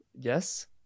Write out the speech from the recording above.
Yes